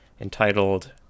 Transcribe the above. entitled